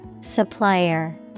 Supplier